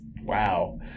Wow